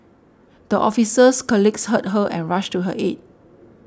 the officer's colleagues heard her and rushed to her aid